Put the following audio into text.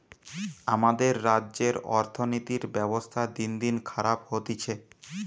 আমাদের রাজ্যের অর্থনীতির ব্যবস্থা দিনদিন খারাপ হতিছে